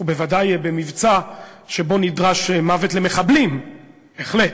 אנחנו בוודאי במבצע שבו נדרש מוות למחבלים, בהחלט,